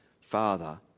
Father